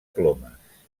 plomes